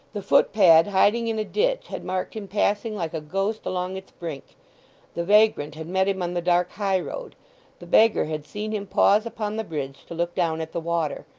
the footpad hiding in a ditch had marked him passing like a ghost along its brink the vagrant had met him on the dark high-road the beggar had seen him pause upon the bridge to look down at the water,